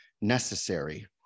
necessary